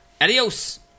Adios